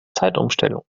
zeitumstellung